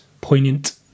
poignant